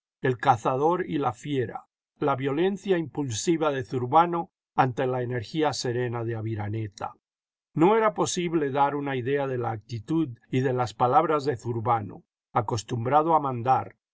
el cazador y la ñera la violencia impulsiva de zurbano ante la energía serena de aviraneta no era posible dar una idea de la actitud y de las palabras de zurbano acostumbrado a mandar